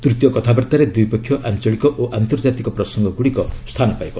ତୂତୀୟ କଥାବାର୍ତ୍ତାରେ ଦ୍ୱିପକ୍ଷୀୟ ଆଞ୍ଚଳିକ ଓ ଆନ୍ତର୍ଜାତିକ ପ୍ରସଙ୍ଗଗୁଡ଼ିକ ସ୍ଥାନ ପାଇବ